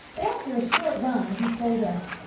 but after a short run he pulled up.